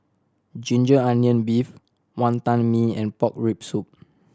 ginger onion beef Wantan Mee and pork rib soup